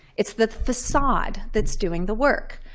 it's the facade that's doing the work.